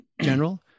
general